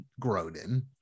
groden